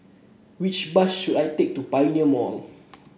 which bus should I take to Pioneer Mall